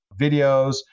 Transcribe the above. videos